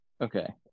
Okay